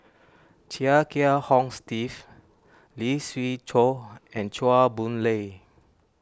Chia Kiah Hong Steve Lee Siew Choh and Chua Boon Lay